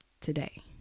today